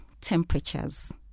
temperatures